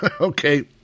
Okay